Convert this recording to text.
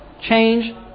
change